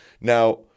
Now